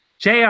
JR